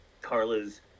Carla's